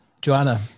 Joanna